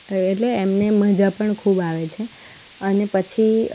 એટલે એમને મઝા પણ ખૂબ આવે છે અને પછી